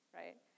right